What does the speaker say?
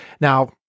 now